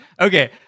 Okay